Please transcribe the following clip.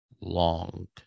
long